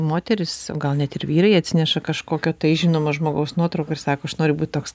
moterys gal net ir vyrai atsineša kažkokio tai žinomo žmogaus nuotrauką ir sako aš noriu būt toks